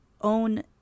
own